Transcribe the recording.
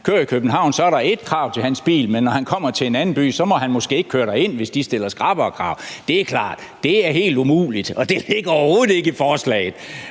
kører i København, er der ét krav til hans bil, men når han kommer til en anden by, må han måske ikke køre derind, hvis de stiller skrappere krav. Det er klart, at det er helt umuligt, og det ligger overhovedet ikke i forslaget,